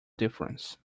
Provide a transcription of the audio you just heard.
difference